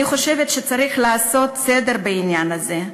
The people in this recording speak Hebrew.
אני חושבת שצריך לעשות סדר בעניין הזה,